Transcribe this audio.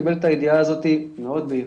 הוא קיבל את הידיעה הזאת מאוד באיחור,